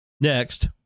Next